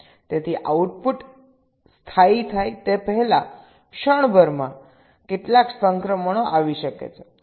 તેથી આઉટપુટ સ્થાયી થાય તે પહેલાં ક્ષણભરમાં કેટલાક સંક્રમણો આવી શકે છે